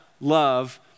love